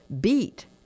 beat